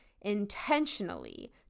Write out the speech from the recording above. intentionally